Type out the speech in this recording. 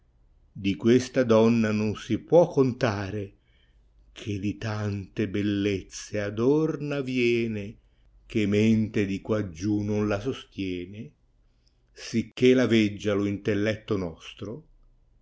di questa donna non si può contare che di tante bellezze adorna viene che mente di quaggiù noa la sostiene sicché la veggia lo intelletto nostro